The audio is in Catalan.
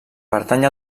pertany